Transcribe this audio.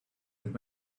with